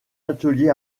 atelier